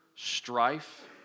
Strife